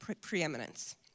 preeminence